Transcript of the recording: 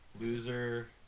Loser